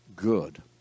good